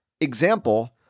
example